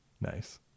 Nice